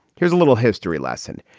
here's a little history lesson.